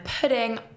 pudding